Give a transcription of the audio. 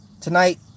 tonight